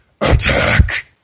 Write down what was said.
attack